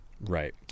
Right